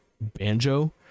Banjo